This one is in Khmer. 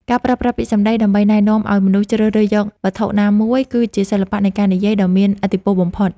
ការប្រើប្រាស់ពាក្យសម្តីដើម្បីណែនាំឱ្យមនុស្សជ្រើសរើសយកវត្ថុណាមួយគឺជាសិល្បៈនៃការនិយាយដ៏មានឥទ្ធិពលបំផុត។